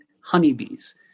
honeybees